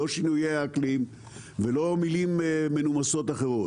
לא שינויי האקלים ולא מילים מנומסות אחרות.